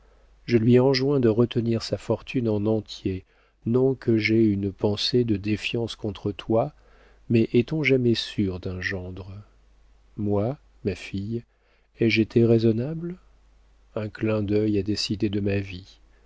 je lui enjoins de retenir sa fortune en entier non que j'aie une pensée de défiance contre toi mais est-on jamais sûr d'un gendre moi ma fille ai-je été raisonnable un clin d'œil a décidé de ma vie